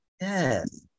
Yes